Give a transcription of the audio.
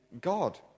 God